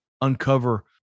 uncover